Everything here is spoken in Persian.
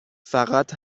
فقط